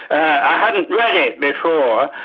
i hadn't read it before,